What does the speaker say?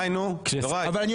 די, נו, יוראי.